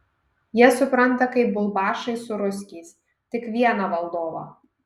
jie supranta kaip bulbašai su ruskiais tik vieną valdovą